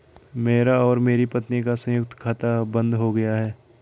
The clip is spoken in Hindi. मेरा और मेरी पत्नी का संयुक्त खाता अब बंद हो गया है